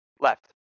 left